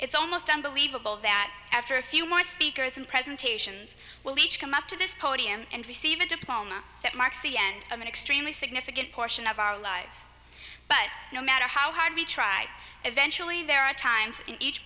it's almost unbelievable that after a few more speakers and presentations will each come up to this podium and receive a diploma that marks the end of an extremely significant portion of our lives but no matter how hard we try eventually there are times in each